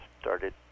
started